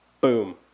boom